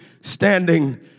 standing